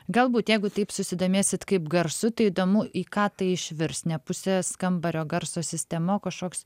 galbūt jeigu taip susidomėsit kaip garsu tai įdomu į ką tai išvirs ne pusės kambario garso sistema o kažkoks